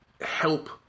help